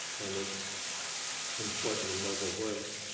and its important and noble work.